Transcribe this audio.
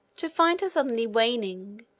to find her suddenly waning,